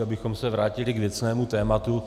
Abychom se vrátili k věcnému tématu.